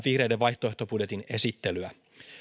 vihreiden vaihtoehtobudjetin esittelyä